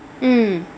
mm